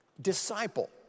disciple